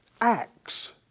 acts